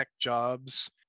jobs